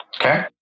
Okay